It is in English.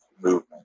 movement